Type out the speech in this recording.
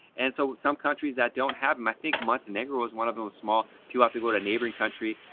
and so, some countries that don't have them, i think montenegro is one of those small. people have to go to a neighboring country.